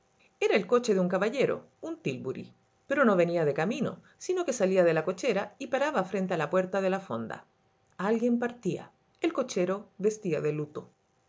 era el coche de un caballero un tílburi pero no venía de camino sino que salía de la cochera y paraba frente a la puerta de la fonda alguien partía el cochero vestía de luto